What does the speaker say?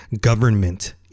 government